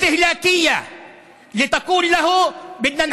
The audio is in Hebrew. תודה רבה, אדוני.